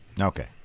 okay